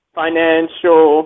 financial